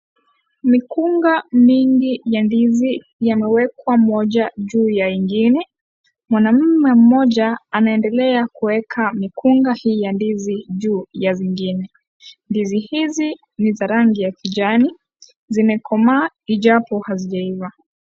Mikunga mingi ya ndizi yamewekwa mmoja juu ya ingine. Mwanamume mmoja anaendelea kuweka mikunga hii ya ndizi juu ya zingine. Ndizi hizi ni za rangi ya kijani zimekomaa ijapo hazijaiva.